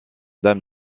dame